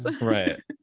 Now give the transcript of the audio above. right